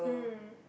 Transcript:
mm